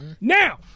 Now